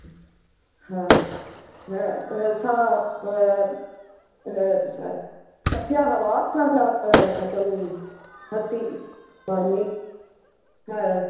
सा तस्याः वार्तालापं कथम् अस्ति मान्ये